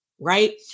right